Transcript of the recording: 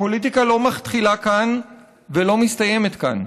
הפוליטיקה לא מתחילה כאן ולא מסתיימת כאן,